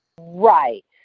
Right